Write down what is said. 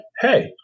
hey